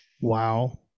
Wow